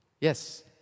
Yes